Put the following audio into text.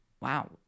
wow